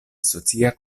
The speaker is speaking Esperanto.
socia